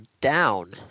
down